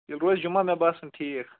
تیٚلہِ روزِ جمعہ مےٚ باسان ٹھیٖک